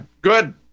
good